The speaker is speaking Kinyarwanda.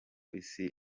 isi